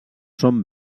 són